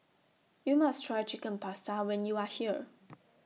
YOU must Try Chicken Pasta when YOU Are here